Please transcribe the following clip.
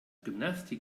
gymnastik